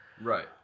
Right